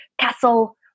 castle